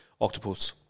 octopus